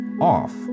off